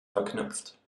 verknüpft